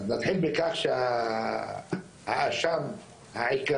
אז נתחיל בכך שהאשם העיקרי,